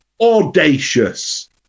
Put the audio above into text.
audacious